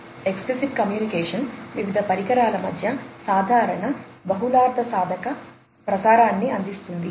explicit communication వివిధ పరికరాల మధ్య సాధారణ బహుళార్ధసాధక ప్రసారాన్ని అందిస్తుంది